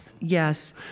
Yes